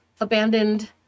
abandoned